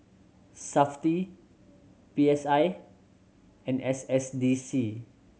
Safti P S I and S S D C